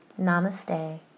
namaste